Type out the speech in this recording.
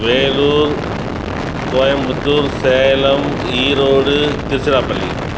Vellore Coimbatore Salem Erode Tiruchirappalli